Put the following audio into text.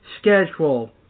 schedule